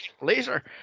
laser